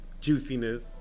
juiciness